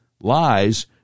lies